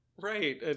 Right